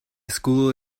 escudo